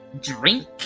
Drink